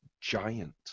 giant